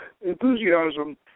enthusiasm